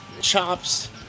chops